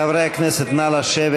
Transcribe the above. חברי הכנסת, נא לשבת.